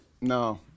no